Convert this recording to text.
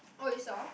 oh you saw